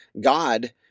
God